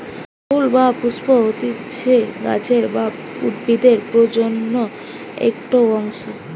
ফুল বা পুস্প হতিছে গাছের বা উদ্ভিদের প্রজনন একটো অংশ